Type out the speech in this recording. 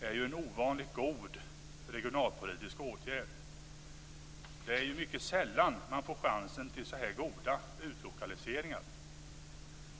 är en ovanligt god regionalpolitisk åtgärd. Det är mycket sällan man får chansen till så här goda utlokaliseringar.